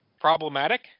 problematic